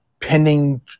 pending